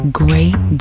great